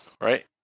right